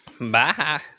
Bye